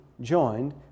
joined